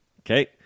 Okay